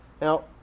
Now